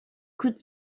could